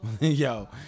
Yo